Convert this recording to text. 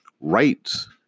Rights